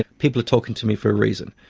people are talking to me for a reason.